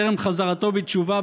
טרם חזרתו בתשובה,